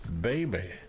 Baby